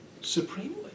supremely